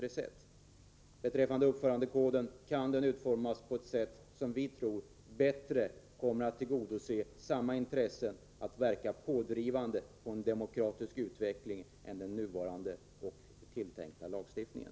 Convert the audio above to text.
En uppförandekod kan utformas på ett sätt som vi tror bättre kommer att tillgodose intresset att verka pådrivande i fråga om en demokratisk utveckling än den nuvarande och tilltänkta lagstiftningen.